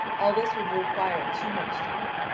all this would require too much time.